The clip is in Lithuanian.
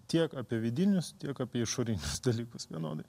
tiek apie vidinius tiek apie išorinius dalykus vienodai